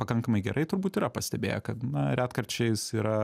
pakankamai gerai turbūt yra pastebėję kad na retkarčiais yra